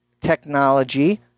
technology